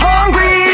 Hungry